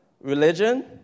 religion